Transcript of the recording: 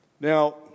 Now